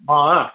अँ